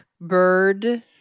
bird